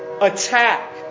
attack